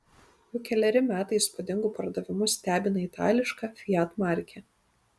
jau keleri metai įspūdingu pardavimu stebina itališka fiat markė